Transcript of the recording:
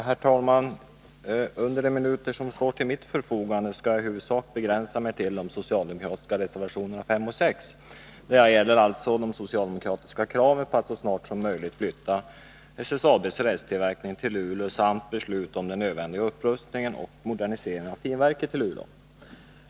Herr talman! Under de minuter som står till mitt förfogande skall jag i huvudsak begränsa mig till att tala om de socialdemokratiska reservationerna 5 och 6. De gäller de socialdemokratiska kraven på att så snart som möjligt flytta SSAB:s rälstillverkning till Luleå samt om den nödvändiga upprustningen och moderniseringen av finvalsverket i Luleå.